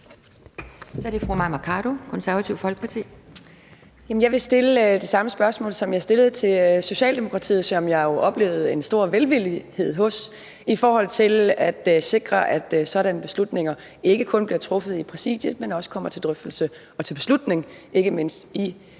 Så er det fru Mai Mercado, Det Konservative Folkeparti. Kl. 11:48 Mai Mercado (KF): Jeg vil stille det samme spørgsmål, som jeg stillede til Socialdemokratiets ordfører, som jeg jo oplevede en stor velvillighed hos i forhold til at sikre, at sådanne beslutninger ikke kun bliver truffet i Præsidiet, men også kommer til drøftelse og til beslutning i Udvalget